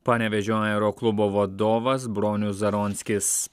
panevėžio aeroklubo vadovas bronius zaronskis